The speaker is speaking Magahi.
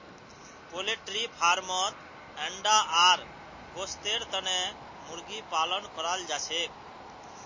पोल्ट्री फार्मत अंडा आर गोस्तेर तने मुर्गी पालन कराल जाछेक